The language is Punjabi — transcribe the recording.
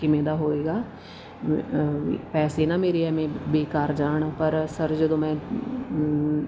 ਕਿਵੇਂ ਦਾ ਹੋਏਗਾ ਪੈਸੇ ਨਾ ਮੇਰੇ ਐਵੇਂ ਬੇਕਾਰ ਜਾਣ ਪਰ ਸਰ ਜਦੋਂ ਮੈਂ